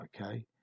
okay